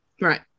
Right